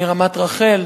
מרמת-רחל.